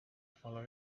follow